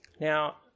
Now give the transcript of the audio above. Now